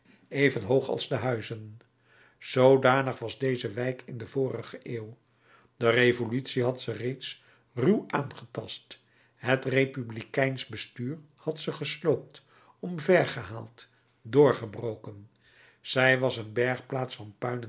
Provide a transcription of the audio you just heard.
even hoog als de huizen zoodanig was deze wijk in de vorige eeuw de revolutie had ze reeds ruw aangetast het republikeinsch bestuur had ze gesloopt omvergehaald doorgebroken zij was een bergplaats van